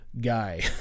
guy